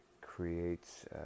creates